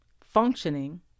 functioning